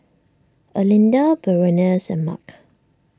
Erlinda Berenice and Mark